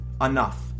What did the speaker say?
Enough